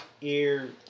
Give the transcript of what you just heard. ear